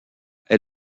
est